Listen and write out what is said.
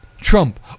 Trump